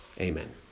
amen